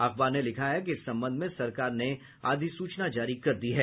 अखबार ने लिखा है कि इस संबंध में सरकार ने अधिसूचना जारी कर दी है